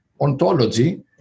ontology